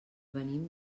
venim